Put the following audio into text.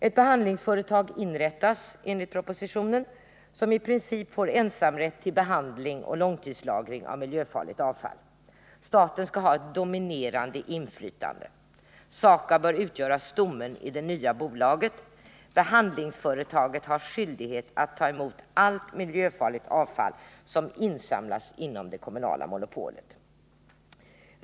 Ett behandlingsföretag inrättas — enligt propositionen — som i princip får ensamrätt till behandling och långtidslagring av miljöfarligt avfall. Staten skall ha ett dominerande inflytande. SAKAB bör utgöra stommen i det nya bolaget. Behandlingsföretaget har skyldighet att ta emot allt miljöfarligt avfall som insamlas inom det kommunala monopolet.